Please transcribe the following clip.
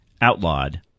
outlawed